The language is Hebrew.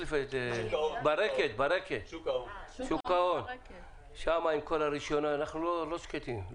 שוק ההון ואנחנו לא שקטים .